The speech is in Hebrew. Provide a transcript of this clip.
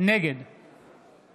נגד